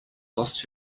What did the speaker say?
lost